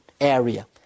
area